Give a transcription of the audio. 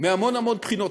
ומהמון המון בחינות.